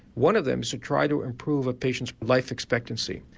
one of them is to try to improve a patient's life expectancy,